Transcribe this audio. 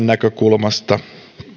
näkökulmasta